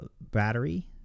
battery